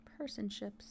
Personships